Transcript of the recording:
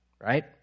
Right